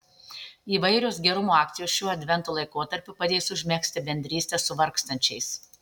įvairios gerumo akcijos šiuo advento laikotarpiu padės užmegzti bendrystę su vargstančiais